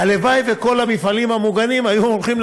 הלוואי שאת כל המפעלים המוגנים היו הולכים